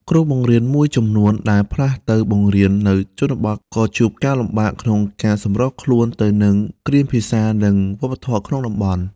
គ្រូបង្រៀនមួយចំនួនដែលផ្លាស់ទៅបង្រៀននៅជនបទក៏ជួបការលំបាកក្នុងការសម្របខ្លួនទៅនឹងគ្រាមភាសា និងវប្បធម៌ក្នុងតំបន់។